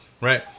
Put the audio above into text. right